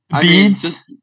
Beads